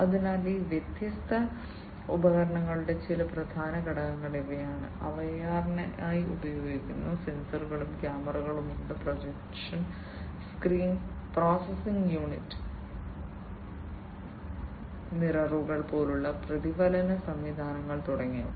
അതിനാൽ ഈ വ്യത്യസ്ത ഉപകരണങ്ങളുടെ ചില പ്രധാന ഘടകങ്ങൾ ഇവയാണ് അവ AR നായി ഉപയോഗിക്കുന്നു സെൻസറുകളും ക്യാമറകളും ഉണ്ട് പ്രൊജക്ഷൻ സ്ക്രീൻ പ്രോസസ്സിംഗ് യൂണിറ്റ് മിററുകൾ പോലുള്ള പ്രതിഫലന സംവിധാനങ്ങൾ തുടങ്ങിയവ